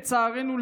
לצערנו,